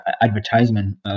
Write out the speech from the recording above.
advertisement